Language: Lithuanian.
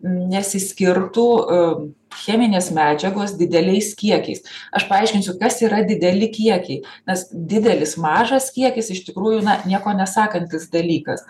nesiskirtų cheminės medžiagos dideliais kiekiais aš paaiškinsiu kas yra dideli kiekiai nes didelis mažas kiekis iš tikrųjų na nieko nesakantis dalykas